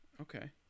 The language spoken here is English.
Okay